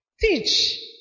Teach